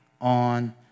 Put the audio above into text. on